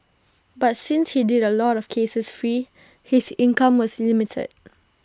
but since he did A lot of cases free his income was limited